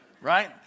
right